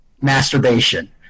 masturbation